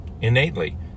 innately